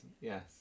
Yes